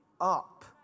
up